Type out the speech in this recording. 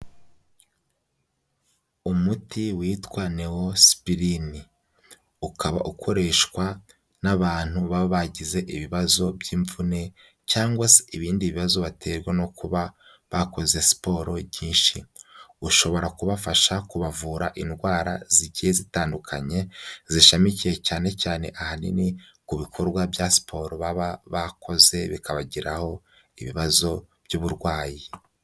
Umuti witwa " Neosporin" ukaba ukoreshwa n'abantu baba bagize ibibazo by'imvune cyangwa se ibindi bibazo baterwa no kuba bakoze siporo nyinshi. Ushobora kubafasha kubavura indwara zigiye zitandukanye zishamikiye cyane cyane ahanini ku bikorwa bya siporo baba bakoze bikabagiraho ibibazo by'uburwayi.